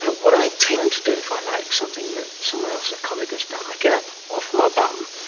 what i tend to do if i like something that someone else, a colleague, has done, i get up off my bum,